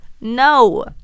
No